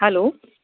hello